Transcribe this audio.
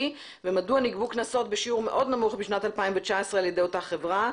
ומדוע נגבו קנסות בשיעור מאוד נמוך בשנת 2019 על ידי אותה חברה.